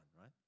right